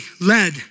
led